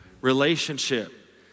relationship